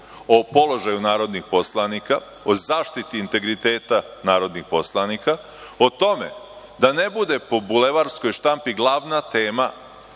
o položaju narodnih poslanika, o zaštiti integriteta narodnih poslanika, o tome da ne bude po bulevarskoj štampi glavna tema